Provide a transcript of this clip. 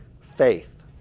faith